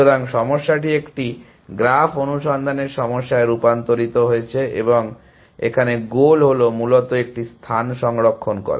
সুতরাং সমস্যাটি একটি গ্রাফ অনুসন্ধানের সমস্যায় রূপান্তরিত হয়েছে এবং এখানে গোল হলো মূলত একটি স্থান সংরক্ষণ করা